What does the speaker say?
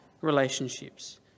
relationships